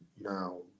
now